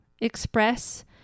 express